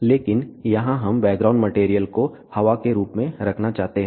लेकिन यहां हम बैकग्राउंड मटेरियल को हवा के रूप में रखना चाहते हैं